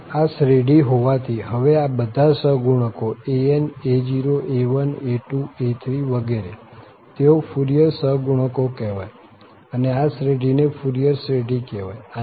આમ આ શ્રેઢી હોવાથી હવે આ બધા સહગુણકો an a0 a1a2a3 વિગેરે તેઓ ફુરિયર સહગુણકો કહેવાય અને આ શ્રેઢીને ફુરિયર શ્રેઢી કહેવાય